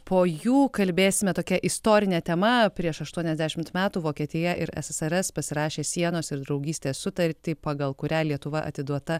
po jų kalbėsime tokia istorine tema prieš aštuoniasdešimt metų vokietija ir ssrs pasirašė sienos ir draugystės sutartį pagal kurią lietuva atiduota